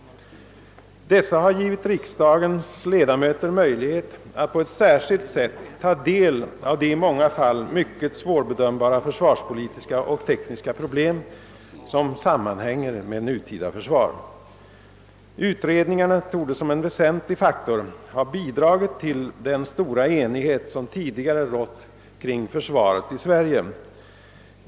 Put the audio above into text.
Dessa har givit riksdagens ledamöter möjlighet att på ett särskilt sätt ta del av de i många fall mycket svårbedömbara försvarspolitiska och tekniska problem som sammanhänger med nutida försvar. Utredningarna torde som en väsentlig faktor ha bidragit till den stora enighet som tidigare rått kring försvaret i Sverige.